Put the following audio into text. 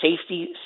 safety